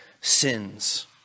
sins